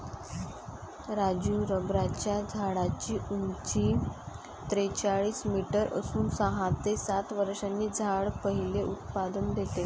राजू रबराच्या झाडाची उंची त्रेचाळीस मीटर असून सहा ते सात वर्षांनी झाड पहिले उत्पादन देते